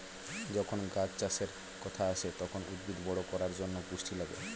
যখন গাছ চাষের কথা আসে, তখন উদ্ভিদ বড় করার জন্যে পুষ্টি লাগে